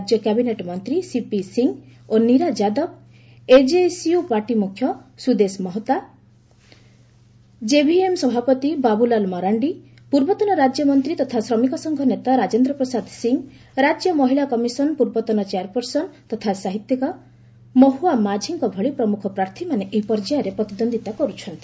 ରାଜ୍ୟ କ୍ୟାବିନେଟ୍ ମନ୍ତ୍ରୀ ସିପି ସି ଓ ନିରା ଯାଦବ ଏଜେଏସ୍ୟୁ ପାର୍ଟି ମୁଖ୍ୟ ସୁଦେଶ ମହାତୋ ଜେଭିଏମ୍ ସଭାପତି ବାବୁଲାଲ ମରାଣ୍ଡି ପୂର୍ବତନ ରାଜ୍ୟମନ୍ତ୍ରୀ ତଥା ଶ୍ରମିକସଂଘ ନେତା ରାଜେନ୍ଦ୍ର ପ୍ରସାଦ ସିଂ ରାଜ୍ୟ ମହିଳା କମିଶନ ପୂର୍ବତନ ଚେୟାରପର୍ସନ ତଥା ସାହିତ୍ୟିକ ମହୁଆ ମାଝିଙ୍କ ଭଳି ପ୍ରମୁଖ ପ୍ରାର୍ଥୀମାନେ ଏହି ପର୍ଯ୍ୟାୟରେ ପ୍ରତିଦ୍ୱନ୍ଦିତା କରୁଛନ୍ତି